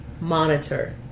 monitor